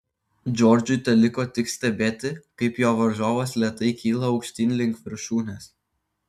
džordžui teliko tik stebėti kaip jo varžovas lėtai kyla aukštyn link viršūnės